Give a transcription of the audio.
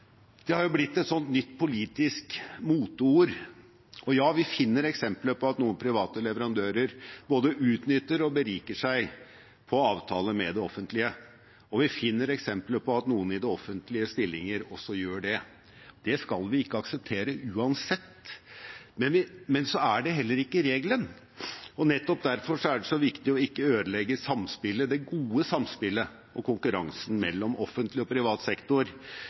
har blitt et nytt politisk moteord. Ja, vi finner eksempler på at noen private leverandører både utnytter og beriker seg på avtaler med det offentlige, og vi finner eksempler på at noen i offentlige stillinger også gjør det. Det skal vi ikke akseptere uansett. Men det er ikke regelen, og nettopp derfor er det så viktig ikke å ødelegge det gode samspillet og konkurransen mellom offentlig og privat sektor,